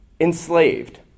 enslaved